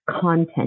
content